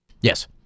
Yes